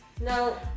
no